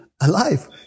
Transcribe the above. alive